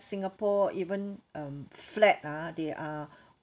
singapore even um flat ah they are